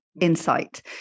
insight